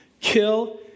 kill